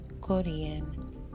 Korean